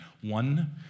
One